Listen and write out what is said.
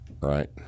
right